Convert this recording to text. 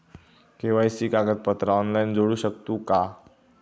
KYC कागदपत्रा online जोडू शकतू का?